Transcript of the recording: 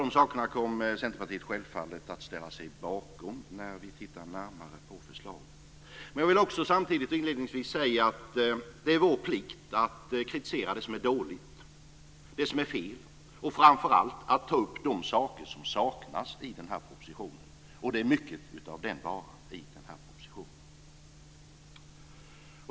Centerpartiet kommer självfallet att ställa sig bakom många av förslagen i den när vi tittar närmare på dem. Men jag vill samtidigt inledningsvis säga att det är vår plikt att kritisera det som är dåligt och felaktigt och framför allt att peka på det som saknas i den här propositionen, och det är mycket.